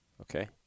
okay